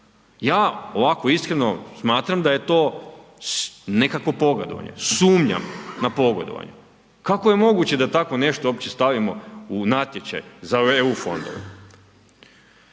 Ja ovako iskreno smatram da je to nekakvo pogodovanje, sumnjam na pogodovanje. Kako je moguće da tako nešto uopće stavimo u natječaj za eu fondove?